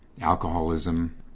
alcoholism